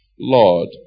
Lord